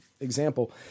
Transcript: example